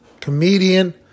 comedian